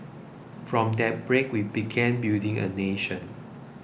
from that break we began building a nation